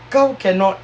kau cannot